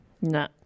No